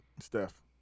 Steph